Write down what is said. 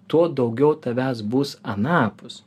tuo daugiau tavęs bus anapus